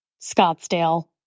Scottsdale